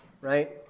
right